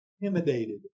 intimidated